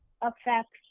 affects